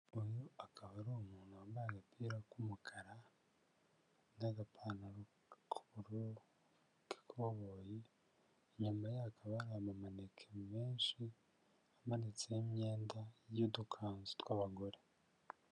Uyu akaba ari umuntu wambaye agapira k'umukara n'agapantaro k'ubururu k'ikoboyi, inyuma ye hakaba hari amamaneke menshi amanitseho imyenda y'udukanzu tw'abagore.